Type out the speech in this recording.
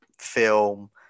film